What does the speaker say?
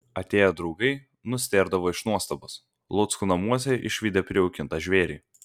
atėję draugai nustėrdavo iš nuostabos luckų namuose išvydę prijaukintą žvėrį